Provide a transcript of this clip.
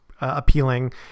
appealing